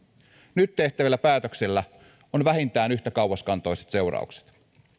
nyt tehtävillä päätöksillä on vähintään yhtä kauaskantoiset seuraukset